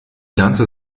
ganze